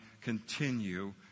continue